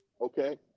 Okay